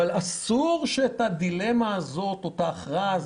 אבל אסור שאת הדילמה הזאת או את ההכרעה